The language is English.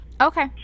okay